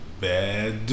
bad